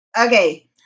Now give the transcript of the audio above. okay